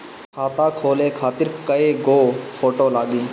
खाता खोले खातिर कय गो फोटो लागी?